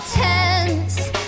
tense